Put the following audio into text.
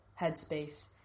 headspace